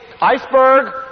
iceberg